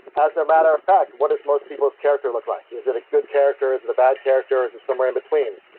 as a matter of fact, what does most peoples' character look like? is it a good character? is it and bad character? is it somewhere in between?